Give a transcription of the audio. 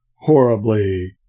horribly